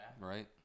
Right